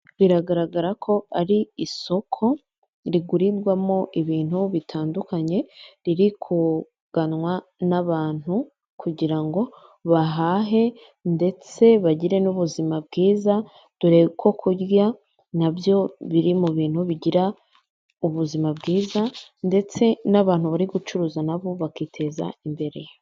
Biragaragara ko ari isoko rigurirwamo ibintu bitandukanye, riri kuganwa n'abantu kugira ngo bahahe ndetse bagire n'ubuzima bwiza, dore ko kurya nabyo biri mu bintu bigira ubuzima bwiza, ndetse n'abantu bari gucuruza nabo bakiteza imbere.